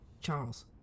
Charles